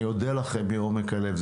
אני אודה לכם מעומק הלב,